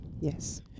Yes